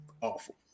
awful